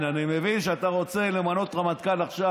אני מבין שאתה רוצה למנות רמטכ"ל עכשיו.